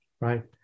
right